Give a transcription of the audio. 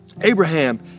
Abraham